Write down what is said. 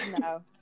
No